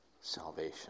salvation